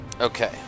Okay